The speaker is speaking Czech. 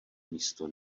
místo